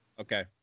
Okay